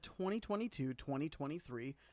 2022-2023